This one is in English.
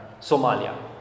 Somalia